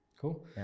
Cool